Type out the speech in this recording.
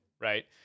right